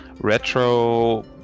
retro